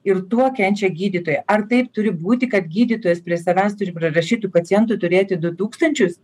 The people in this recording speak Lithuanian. ir tuo kenčia gydytoja ar taip turi būti kad gydytojas prie savęs turi prirašytų pacientų turėti du tūkstančius